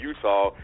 Utah